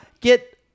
get